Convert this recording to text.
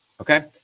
okay